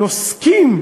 נוסקים,